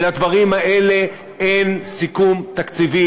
ולדברים האלה אין סיכום תקציבי,